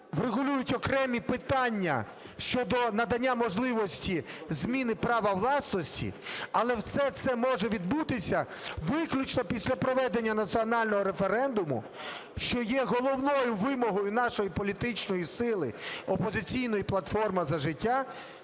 врегулюють окремі питання щодо надання можливості зміни права власності, але все це може відбутися виключно після проведення національного референдуму, що є головною вимогою нашої політичної сили "Опозиційної платформи - За життя",